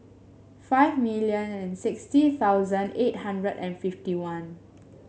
five million and sixty thousand eight hundred and fifty one